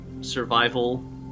survival